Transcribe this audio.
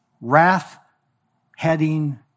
wrath-heading